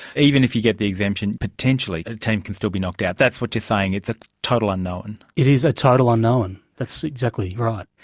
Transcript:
even if you get the exemption, potentially a team can still be knocked out, that's what you're saying, it's a total unknown. it is a total unknown, that's exactly right.